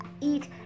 eat